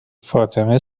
فاطمه